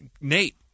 Nate